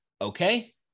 Okay